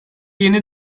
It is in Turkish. yeni